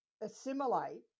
assimilate